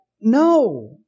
no